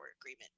agreement